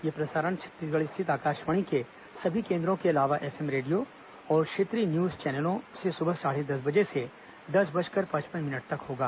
यह प्रसारण छत्तीसगढ़ स्थित आकाशवाणी के सभी केन्द्रों के अलावा एफएम रेडियो और क्षेत्रीय न्यूज चैनलों से सुबह साढ़े दस बजे से दस बजकर पचपन मिनट तक होगा